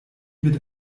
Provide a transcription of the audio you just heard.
mit